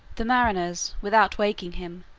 the mariners, without waking him,